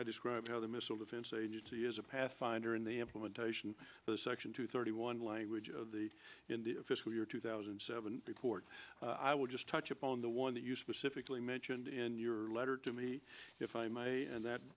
i described how the missile defense agency is a pathfinder in the implementation section two thirty one language of the in the fiscal year two thousand and seven report i will just touch upon the one that you specifically mentioned in your letter to me if i may and that